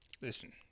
Listen